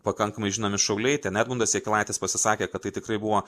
pakankamai žinomi šauliai ten edmundas jakilaitis pasisakė kad tai tikrai buvo